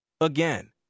again